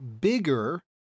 bigger